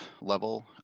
level